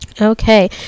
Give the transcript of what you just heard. okay